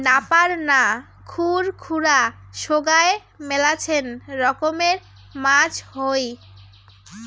নাপার না, খুর খুরা সোগায় মেলাছেন রকমের মাছ হই